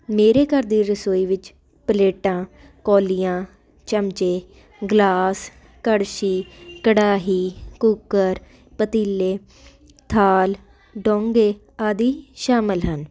ਮੇਰੇ ਘਰ ਦੀ ਰਸੋਈ ਵਿੱਚ ਪਲੇਟਾਂ ਕੋਲੀਆਂ ਚਮਚੇ ਗਲਾਸ ਕੜਛੀ ਕੜਾਹੀ ਕੁਕਰ ਪਤੀਲੇ ਥਾਲ ਡੋਂਘੇ ਆਦਿ ਸ਼ਾਮਿਲ ਹਨ